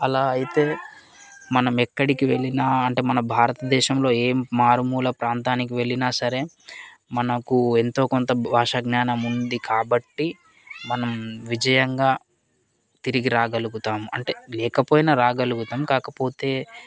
అలా అయితే మనం ఎక్కడికి వెళ్ళినా అంటే మన భారతదేశంలో ఏం మారుమూల ప్రాంతానికి వెళ్ళినా సరే మనకు ఎంతో కొంత భాషా జ్ఞానం ఉంది కాబట్టి మనం విజయంగా తిరిగి రాగలుగుతాం అంటే లేకపోయినా రాగలుగుతాం కాకపోతే